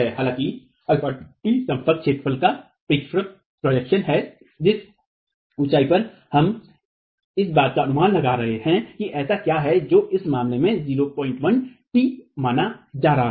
हालांकि αt संपर्क क्षेत्रफल का प्रक्षेपण है जिस ऊंचाई पर हम इस बात का अनुमान लगा रहे हैं कि ऐसा क्या है जो इस मामले में 01 टी माना जा रहा है